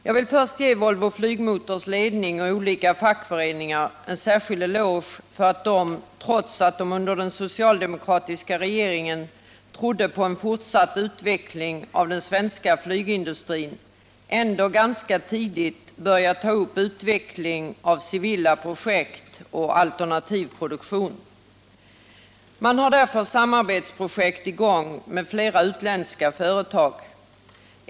Jag vill först ge Volvo Flygmotors ledning och olika fackföreningar en särskild eloge för att de, trots att de under den socialdemokratiska regeringen trodde på en fortsatt utveckling av den svenska flygindustrin, ganska tidigt började ta upp utveckling av civila projekt och alternativ produktion. Man har därför samarbetsprojekt i gång med flera utländska företag.